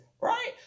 right